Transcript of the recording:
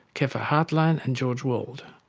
keffer hartline and george wald.